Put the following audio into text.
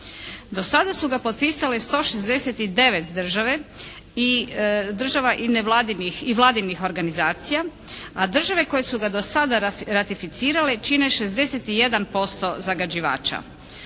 Do sada su ga potpisale 169 država i država i vladinih organizacija, a države koje su ga do sada ratificirale čine 61% zagađivača.